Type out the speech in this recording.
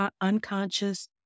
unconscious